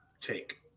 take